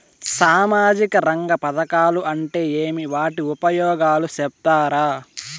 సామాజిక రంగ పథకాలు అంటే ఏమి? వాటి ఉపయోగాలు సెప్తారా?